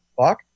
fuck